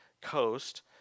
coast